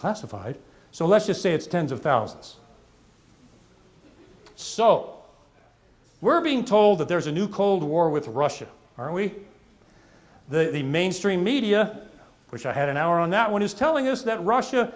classified so let's just say it's tens of thousands so we're being told that there's a new cold war with russia are we the mainstream media which i had an hour on that one is telling us that russia